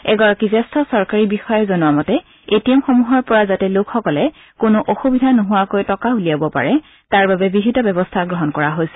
এগৰাকী জ্যেষ্ঠ চৰকাৰী বিষয়াই জনোৱা মতে এ টি এমসমূহৰ পৰা যাতে লোকসকলে কোনো অসুবিধা নোহোৱাকৈ টকা উলিয়াব পাৰে তাৰ বাবে বিহিত ব্যৱস্থা গ্ৰহণ কৰা হৈছে